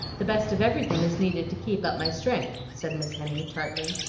the best of everything is needed to keep up my strength, said miss henny, tartly.